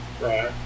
Right